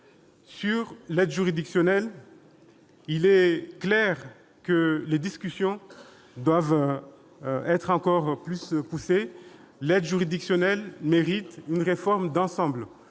Sur ce dernier point, il est clair que les discussions doivent être encore plus poussées. L'aide juridictionnelle mérite une réforme d'ensemble